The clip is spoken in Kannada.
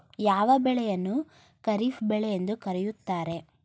ಯಾವ ಬೆಳೆಯನ್ನು ಖಾರಿಫ್ ಬೆಳೆ ಎಂದು ಕರೆಯುತ್ತಾರೆ?